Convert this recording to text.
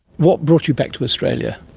what brought you back to australia?